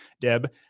Deb